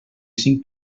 cinc